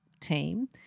team